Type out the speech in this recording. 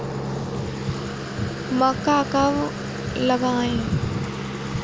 मक्का कब लगाएँ?